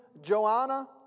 Joanna